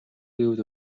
гэвэл